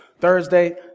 Thursday